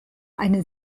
eine